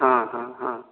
हँ हँ हँ